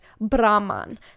Brahman